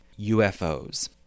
UFOs